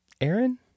Aaron